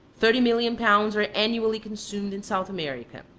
thirty million pounds are annually consumed in south america.